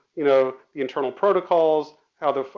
you know, the internal protocols, how the,